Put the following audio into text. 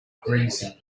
grazing